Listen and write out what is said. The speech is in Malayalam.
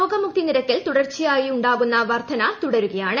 രോഗമുക്തി നിരക്കിൽ തുടർച്ചയായുണ്ടാകുന്ന വർധന തുടരുകയാണ്